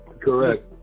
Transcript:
Correct